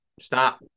stop